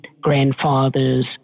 grandfather's